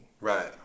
right